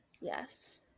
Yes